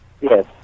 Yes